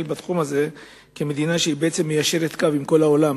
בתחום הזה כמדינה שמיישרת קו עם כל העולם,